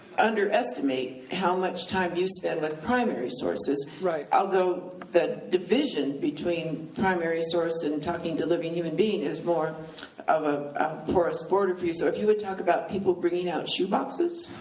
underestimate how much time you spend with primary sources, although the division between primary source and talking to living human being is more of ah porous border for you, so if you would talk about people bringing out shoeboxes?